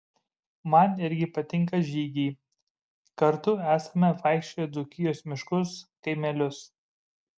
man irgi patinka žygiai kartu esame apvaikščioję dzūkijos miškus kaimelius